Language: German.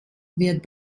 wird